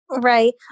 Right